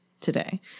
today